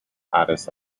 addis